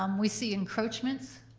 um we see encroachments.